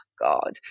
God